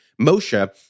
Moshe